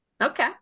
Okay